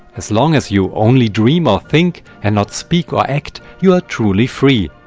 as long as you only dream or think, and not speak or act, you are truly free.